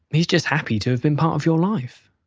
he's just happy to have been part of your life